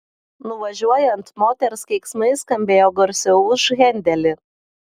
nuvažiuojant moters keiksmai skambėjo garsiau už hendelį